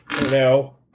No